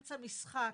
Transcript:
ובאמצע משחק,